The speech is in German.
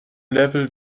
level